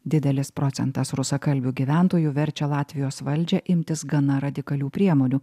didelis procentas rusakalbių gyventojų verčia latvijos valdžią imtis gana radikalių priemonių